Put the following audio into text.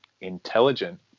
intelligent